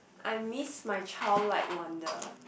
I miss my childlike wonder